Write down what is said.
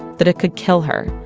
that it could kill her.